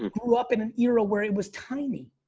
grew up in an era where it was tiny.